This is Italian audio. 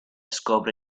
scopre